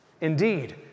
Indeed